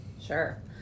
Sure